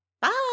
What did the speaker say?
Bye